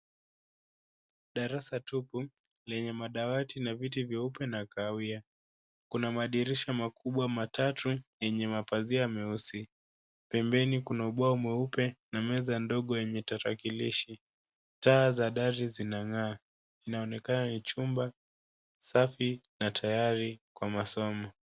Darasa tupu lenye madawati na viti vyeupe na kahawia. Kuna madirisha makubwa matatu yenye mapazia meusi. Pembeni kuna ubao mweupe na meza ndogo yenye tarakilishi. Taa za dari zinang'aa. Inaonekana ni chumba safi na tayari kwa masomo.